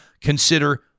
consider